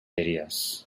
areas